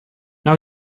now